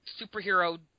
superhero